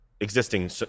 existing